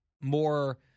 more